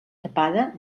tapada